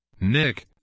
Nick